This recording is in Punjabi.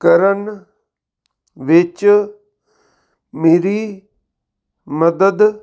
ਕਰਨ ਵਿੱਚ ਮੇਰੀ ਮਦਦ